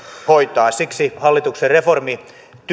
hoitaa siksi hallituksen reformityö